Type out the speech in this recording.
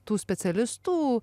tų specialistų